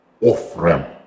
off-ramp